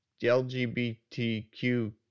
LGBTQ